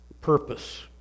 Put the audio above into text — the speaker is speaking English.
purpose